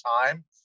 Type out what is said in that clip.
time